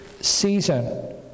season